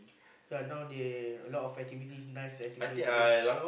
yea now they a lot of activities nice activities to go